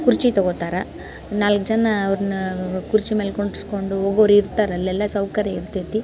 ಕುರ್ಚಿ ತಗೊತಾರೆ ನಾಲ್ಕು ಜನ ಅವ್ರನ್ನ ಕುರ್ಚಿ ಮೇಲೆ ಕುಂಡ್ಸ್ಕೊಂಡು ಹೋಗೋರ್ ಇರ್ತಾರೆ ಅಲ್ಲೆಲ್ಲ ಸೌಕರ್ಯ ಇರ್ತೈತಿ